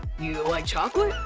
you like chocolate?